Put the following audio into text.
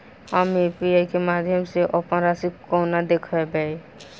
हम यु.पी.आई केँ माध्यम सँ अप्पन राशि कोना देखबै?